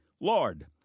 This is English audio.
Lord